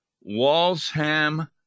Walsham